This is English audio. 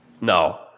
No